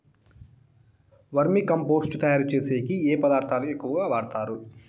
వర్మి compost తయారుచేసేకి ఏ పదార్థాలు ఎక్కువగా వాడుతారు